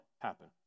happen